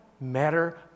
matter